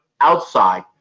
outside